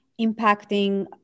impacting